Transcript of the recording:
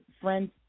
friends